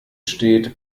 steht